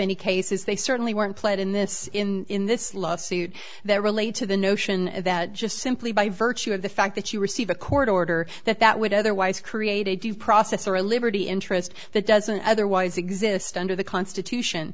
any cases they certainly weren't played in this in this lawsuit that relate to the notion that just simply by virtue of the fact that you receive a court order that that would otherwise create a due process or a liberty interest that doesn't otherwise exist under the constitution